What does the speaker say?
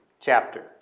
chapter